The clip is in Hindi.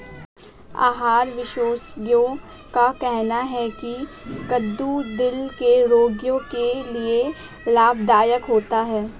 आहार विशेषज्ञों का कहना है की कद्दू दिल के रोगियों के लिए लाभदायक होता है